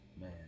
Man